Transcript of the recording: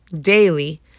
daily